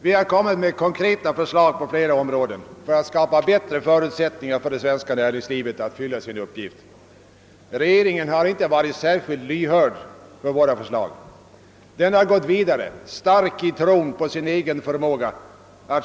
Vi har på flera områden framlagt konkreta förslag för att skapa bättre förutsättningar för det svenska näringslivet att fylla sin uppgift. Regeringen har inte varit särskilt lyhörd för våra förslag. Den har gått vidare, stark i tron på sin egen förmåga.